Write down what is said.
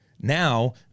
Now